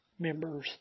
members